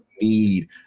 need